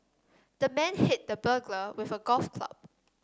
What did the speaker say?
the man hit the burglar with a golf club